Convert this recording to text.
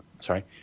Sorry